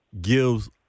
gives